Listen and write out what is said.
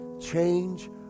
change